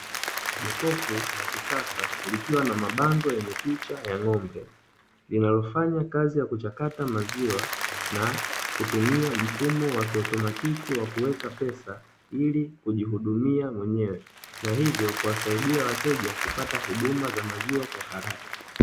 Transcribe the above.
Jokofu la kisasa likiwa na mabango yenye picha ya ng’ombe linalofanya kazi ya kuchakata maziwa, na kutumia mfumo wa kiotematiki wa kuweka pesa ili kujihudumia mwenyewe, na hivyo kuwasaidia wateja kupata huduma za maziwa kwa haraka.